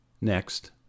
Next